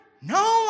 No